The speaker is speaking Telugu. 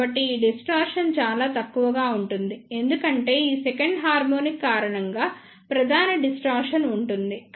కాబట్టి ఈ డిస్టార్షన్ చాలా తక్కువగా ఉంటుంది ఎందుకంటే ఈ సెకండ్ హార్మోనిక్ కారణంగా ప్రధాన డిస్టార్షన్ ఉంటుంది